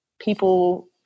people